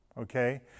okay